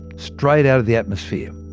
straight out of the atmosphere.